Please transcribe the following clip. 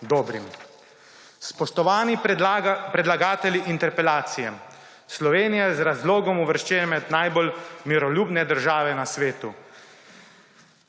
dobrim. Spoštovani predlagatelji interpelacije! Slovenija je z razlogom uvrščena med najbolj miroljubne države na svetu